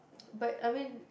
but I mean